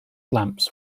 lamps